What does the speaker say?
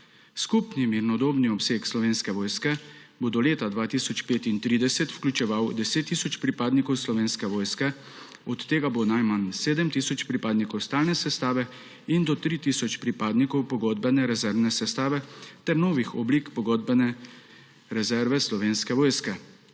Skupni mirnodobni obseg Slovenske vojske bo do leta 2035 vključeval 10 tisoč pripadnikov Slovenske vojske, od tega bo najmanj 7 tisoč pripadnikov stalne sestave in do 3 tisoč pripadnikov pogodbene rezervne sestave ter novih oblik pogodbene rezerve Slovenske vojske.